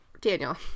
Daniel